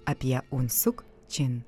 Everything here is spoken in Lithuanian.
apie unsuk čin